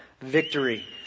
victory